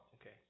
okay